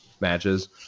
matches